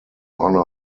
honor